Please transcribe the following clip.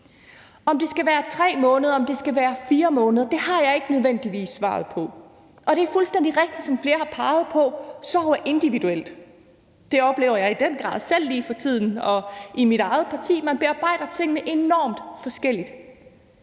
Om det skal være 3 eller 4 måneder, har jeg ikke nødvendigvis svaret på. Og det er fuldstændig rigtigt, som flere har peget på, at sorg er individuelt. Det oplever jeg i den grad selv lige for tiden, og jeg oplever det i mit eget parti – man bearbejder tingene enormt forskelligt.